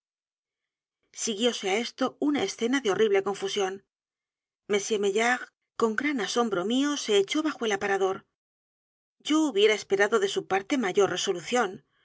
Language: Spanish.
siguióse á esto una escena de horrible confusión m maillard con gran asombro mío se echó bajo el aparador yo hubiera esperado de su